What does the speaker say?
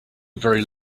very